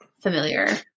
familiar